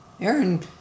Aaron